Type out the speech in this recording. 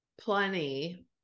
plenty